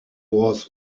was